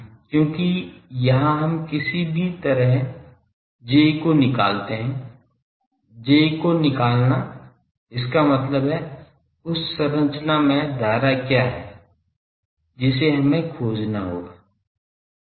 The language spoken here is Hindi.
क्योंकि यहां हम किसी भी तरह J को निकालते हैं J को निकालना इसका मतलब है उस संरचना में धारा क्या है जिसे हमें खोजना होगा